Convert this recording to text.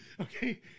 Okay